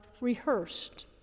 rehearsed